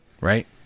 right